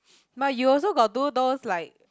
but you also got do those like